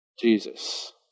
Jesus